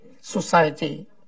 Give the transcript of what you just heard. society